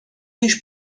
již